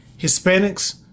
Hispanics